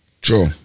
True